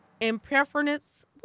impermanence